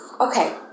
Okay